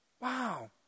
Wow